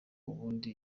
ubundi